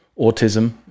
autism